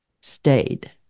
stayed